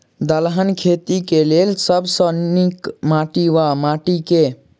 दलहन खेती केँ लेल सब सऽ नीक माटि वा माटि केँ?